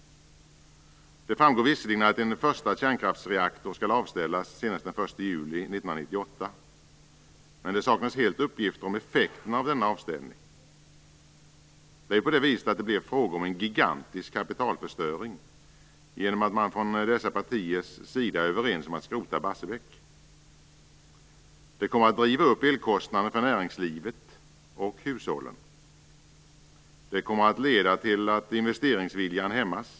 Det framgår visserligen att en första kärnkraftsreaktor skall avställas senast den 1 juli 1998, men det saknas helt uppgifter om effekterna av denna avställning. Det blir ju fråga om en gigantisk kapitalförstöring genom att man från dessa partiers sida är överens om att skrota Barsebäck. Det kommer att driva upp elkostnaderna för näringslivet och hushållen. Det kommer att leda till att investeringsviljan hämmas.